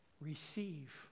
Receive